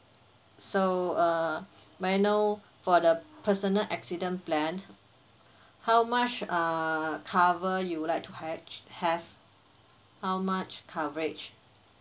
so uh may I know for the personal accident plan how much uh cover you would like to hatc~ have how much coverage